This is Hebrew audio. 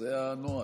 זה הנוהל,